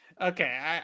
Okay